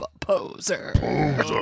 Poser